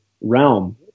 realm